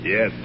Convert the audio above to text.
Yes